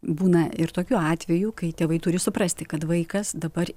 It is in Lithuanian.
būna ir tokių atvejų kai tėvai turi suprasti kad vaikas dabar